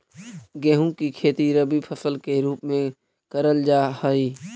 गेहूं की खेती रबी फसल के रूप में करल जा हई